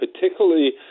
particularly